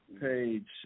Page